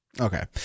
Okay